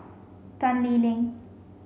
Tan Lee Leng